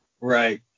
Right